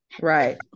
Right